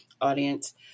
audience